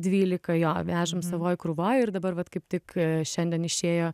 dvylika jo vežam savoj krūvoj ir dabar vat kaip tik šiandien išėjo